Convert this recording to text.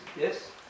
Yes